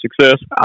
success